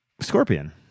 Scorpion